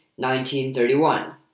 1931